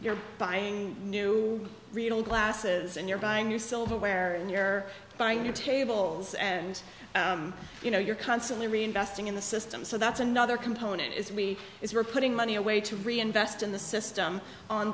you're buying new glasses and you're buying your silverware and you're buying your tables and you know you're constantly reinvesting in the system so that's another component is we are putting money away to reinvest in the system on